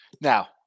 now